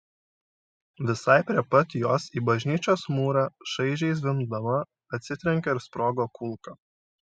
visai prie pat jos į bažnyčios mūrą šaižiai zvimbdama atsitrenkė ir sprogo kulka